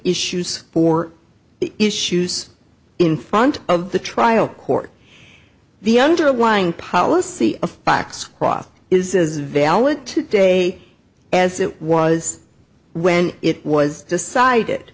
issues for the issues in front of the trial court the underlying policy of facts cross is valid today as it was when it was decided